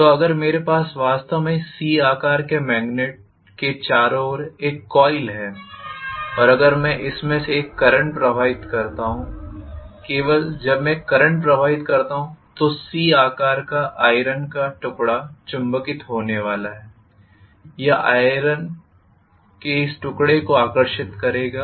तो अगर मेरे पास वास्तव में इस "C" आकार के मेग्नेट के चारों ओर एक कोइल है और अगर मैं इसमें से एक करंट प्रवाहित करता हूं केवल जब मैं एक करंट प्रवाहित करता हूं तो "C" आकार का आइरन का टुकड़ा चुंबकित होने वाला है और यह आइरन के इस टुकड़े को आकर्षित करेगा